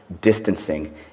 distancing